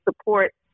support